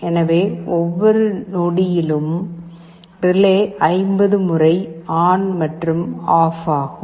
எனவே ஒவ்வொரு நொடியிலும் ரிலே 50 முறை ஆன் மற்றும் ஆஃப் ஆகும்